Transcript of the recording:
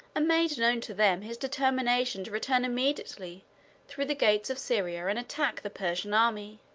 made known to them his determination to return immediately through the gates of syria and attack the persian army.